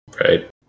right